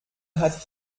hat